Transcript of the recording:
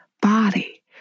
body